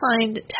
find